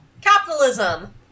Capitalism